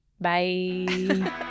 bye